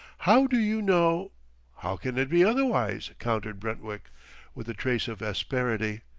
how do you know how can it be otherwise? countered brentwick with a trace of asperity.